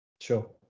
Sure